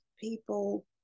people